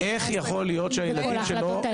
18 --- איך יכול להיות שהילדים שלו,